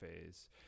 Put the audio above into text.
phase